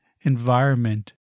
environment